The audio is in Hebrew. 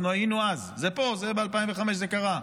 היינו אז, ב-2005 זה קרה.